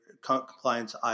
compliance